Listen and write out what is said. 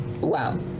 wow